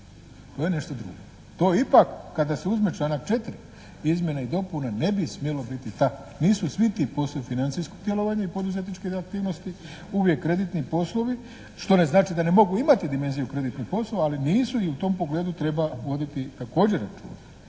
To je nešto drugo. To ipak kada se uzme članak 4. izmjene i dopune ne bi smjelo biti tako. Nisu svi ti poslovi financijskog djelovanja i poduzetničke aktivnosti, uvijek kreditni poslovi što ne znači da ne mogu imati dimenziju kreditnih poslova, ali nisu i u tom pogledu treba voditi također računa.